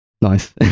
Nice